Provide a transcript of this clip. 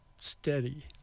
steady